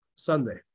Sunday